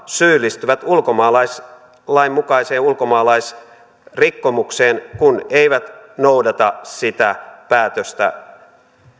syyllistyvät ulkomaalaislain mukaiseen ulkomaalaisrikkomukseen kun eivät noudata sitä päätöstä